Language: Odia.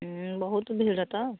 ବହୁତ ଭିଡ଼ ତ